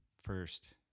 first